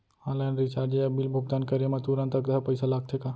Online recharge या bill भुगतान करे मा तुरंत अक्तहा पइसा लागथे का?